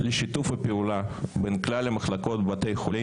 הקואליציה דיברה בימים האחרונים על ריכוך,